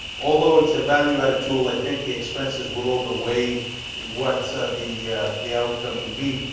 although it's a value added tool i think the expenses will over weigh what the the outcome would be.